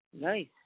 Nice